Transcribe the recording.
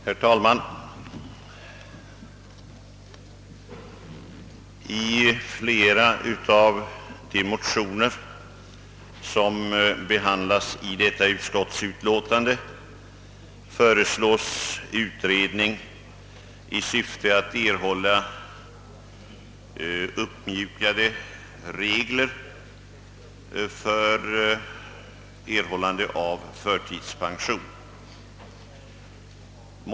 Herr talman! I flera av de motioner som behandlas i detta utskottsutlåtande föreslås en utredning i syfte att uppmjuka reglerna för erhållande av förtidspension.